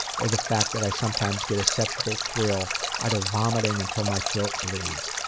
or the fact that i sometimes get a sexual thrill out of vomiting until my throat bleeds.